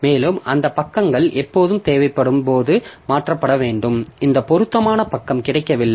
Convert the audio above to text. மேலும் அந்த பக்கங்கள் எப்போது தேவைப்படும் போதும் மாற்றப்பட வேண்டும் இந்த பொருத்தமான பக்கம் கிடைக்கவில்லை